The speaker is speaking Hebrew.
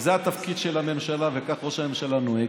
וזה התפקיד של הממשלה, וכך ראש הממשלה נוהג?